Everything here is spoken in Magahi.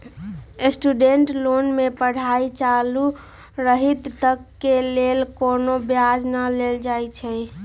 स्टूडेंट लोन में पढ़ाई चालू रहइत तक के लेल कोनो ब्याज न लेल जाइ छइ